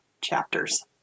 chapters